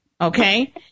Okay